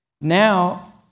Now